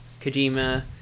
Kojima